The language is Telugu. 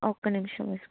ఒక్క నిమిషం